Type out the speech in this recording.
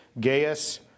Gaius